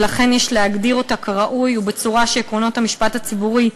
ולכן יש להגדיר אותה כראוי ובצורה שעקרונות המשפט הציבורי,